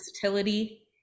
versatility